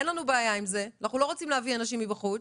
אין לנו בעיה עם זה ולא רוצים להביא אנשים מבחוץ.